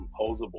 composable